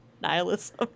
nihilism